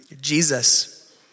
Jesus